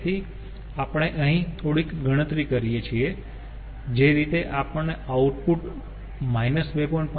તેથી આપણે અહીં થોડીક ગણતરી કરીયે છીએ કે જે રીતે આપણને આઉટપુટ 2